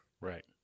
Right